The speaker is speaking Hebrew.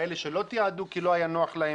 כאלה שלא תיעדו כי לא היה נוח להם.